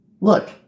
look